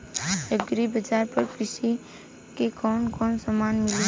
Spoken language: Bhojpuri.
एग्री बाजार पर कृषि के कवन कवन समान मिली?